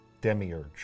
Demiurge